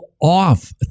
off